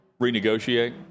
renegotiate